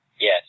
Yes